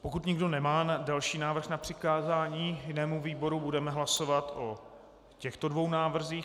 Pokud nikdo nemá další návrh na přikázání jinému výboru, budeme hlasovat o těchto dvou návrzích.